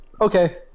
Okay